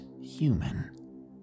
human